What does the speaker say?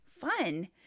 Fun